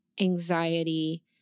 anxiety